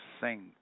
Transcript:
sing